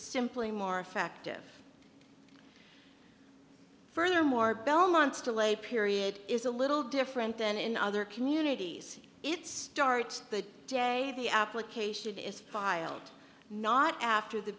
simply more effective furthermore belmont's delay period is a little different than in other communities it starts the day the application is filed not after the